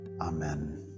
Amen